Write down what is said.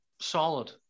solid